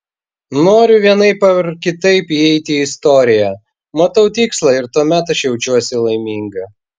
noriu vienaip ar kitaip įeiti į istoriją matau tikslą ir tuomet aš jaučiuosi laiminga